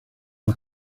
las